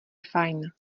fajn